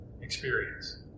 experience